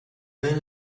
man